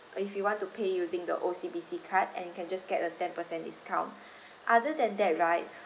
if you want to pay using the O_C_B_C card and you can just get a ten percent discount other than that right